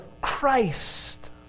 Christ